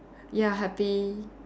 ya happy